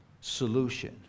solution